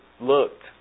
looked